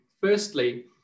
Firstly